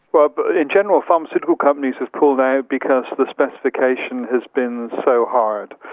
but but in general pharmaceutical companies have pulled out because the specification has been so hard.